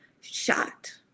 shot